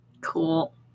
cool